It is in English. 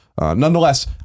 Nonetheless